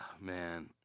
Man